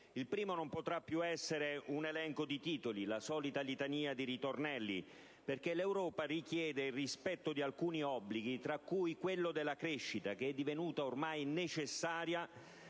Il primo non potrà più essere un elenco di titoli, la solita litania di ritornelli, perché l'Europa richiede il rispetto di alcuni obblighi, tra cui quello della crescita che è divenuta ormai necessaria